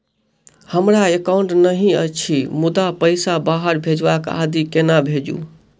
हमरा एकाउन्ट नहि अछि मुदा पैसा बाहर भेजबाक आदि केना भेजू?